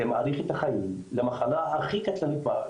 זה מאריך את החיים למחלה הכי קטלנית בארץ.